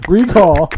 Recall